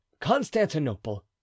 constantinople